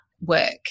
work